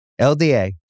LDA